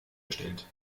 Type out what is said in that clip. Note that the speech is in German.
gestellt